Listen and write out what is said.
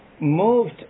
moved